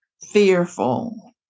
fearful